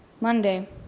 Monday